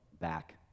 back